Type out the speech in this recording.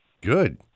Good